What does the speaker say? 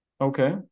okay